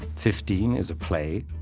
fifteen is a play,